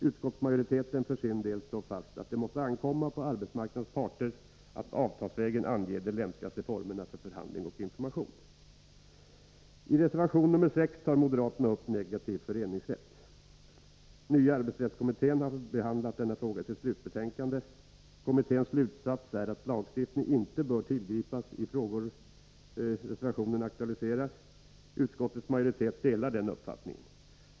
Utskottsmajoriteten för sin del slår fast att det måste ankomma på arbetsmarknadens parter att avtalsvägen ange de lämpligaste formerna för förhandling och information. I reservation 6 tar moderaterna upp frågan om negativ föreningsrätt. Nya arbetsrättskommittén har behandlat denna fråga i sitt slutbetänkande. Kommitténs slutsats är att lagstiftning inte bör tillgripas i de frågor som reservationen aktualiserar. Utskottets majoritet delar den uppfattningen.